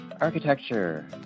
architecture